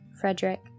Frederick